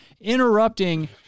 interrupting